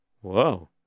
Whoa